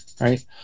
Right